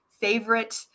favorite